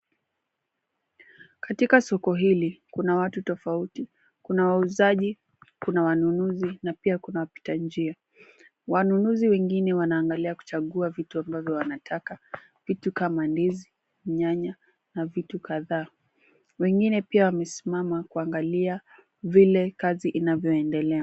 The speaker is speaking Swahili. Katika soko hili kuna watu tofauti, kuna wauzaji, kuna wanunuzi na pia kuna wapita njia. Wanunuzi wengine wanaendelea kuchagua vitu ambavyo wanataka vitu kama ndizi, nyanya na vitu kadhaa. Wengine pia wamesimama kuangalia vile kazi inavyoendelea.